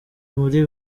muri